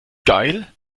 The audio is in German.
geil